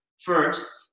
first